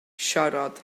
siarad